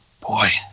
boy